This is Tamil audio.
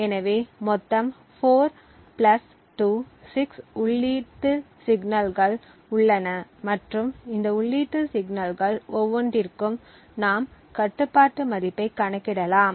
எனவே மொத்தம் 4 பிளஸ் 2 6 உள்ளீட்டு சிக்னல்கள் உள்ளன மற்றும் இந்த உள்ளீட்டு சிக்னல்கள் ஒவ்வொன்றிற்கும் நாம் கட்டுப்பாட்டு மதிப்பைக் கணக்கிடலாம்